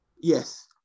Yes